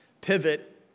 pivot